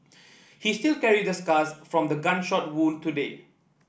he still carry the scars from the gunshot wound today